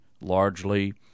largely